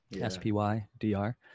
S-P-Y-D-R